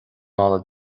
mála